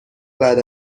بعد